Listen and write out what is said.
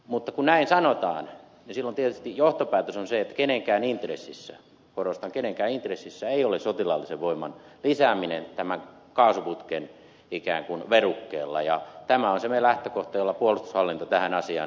mutta kun näin sanotaan niin silloin tietysti johtopäätös on se että kenenkään intressissä korostan kenenkään intressissä ei ole sotilaallisen voiman lisääminen ikään kuin tämän kaasuputken verukkeella ja tämä on se meidän lähtökohtamme jolla puolustushallinto tähän asiaan on suhtautunut